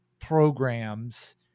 programs